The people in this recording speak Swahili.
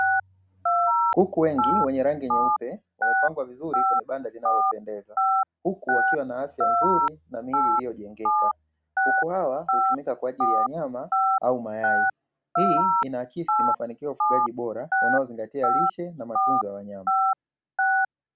Kuku wengi wenye rangi nyeupe wamepangwa vizuri kwenye banda linalopendeza huku wakiwa na afya nzuri na miili iliyojengeka. kuku hawa hutumika kwa ajili ya nyama au mayai. Hii inaakisi mafanikio ya ufugaji bora unaozingatia lishe na matunzo ya wanyama.